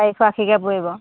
চাৰিশ আশীকৈ পৰিব